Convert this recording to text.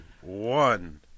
one